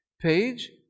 Page